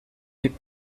hit